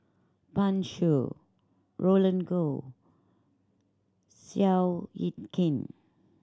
Pan Shou Roland Goh Seow Yit Kin